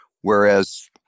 whereas